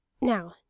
Now